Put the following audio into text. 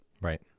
Right